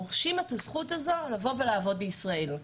רוכשים את הזכות הזאת לבוא ולעבוד בישראל.